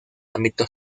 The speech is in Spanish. ámbito